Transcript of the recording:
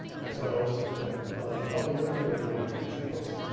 and so i always take them, and a couple years ago now, my teaching fellow said,